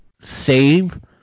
save